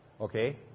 Okay